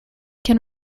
can